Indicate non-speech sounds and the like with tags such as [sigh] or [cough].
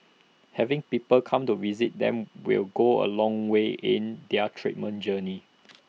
having people come to visit them will go A long way in their treatment journey [noise]